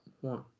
one